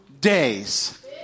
days